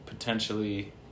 Potentially